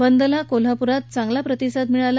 बंदला कोल्हापुरात चांगला प्रतिसाद लाभला